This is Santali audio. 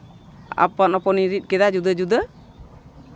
ᱟᱯᱟᱱᱼᱟᱹᱯᱟᱱ ᱤᱧ ᱨᱤᱫ ᱠᱮᱫᱟ ᱡᱩᱫᱟᱹᱼᱡᱩᱫᱟᱹ